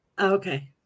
Okay